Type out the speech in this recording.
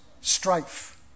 strife